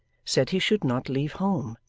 said he should not leave home.